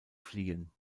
fliehen